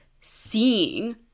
seeing